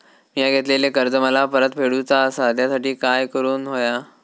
मिया घेतलेले कर्ज मला परत फेडूचा असा त्यासाठी काय काय करून होया?